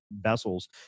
vessels